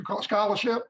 scholarship